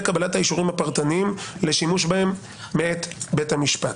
קבלת האישורים הפרטניים לשימוש בהם מאת בית המשפט.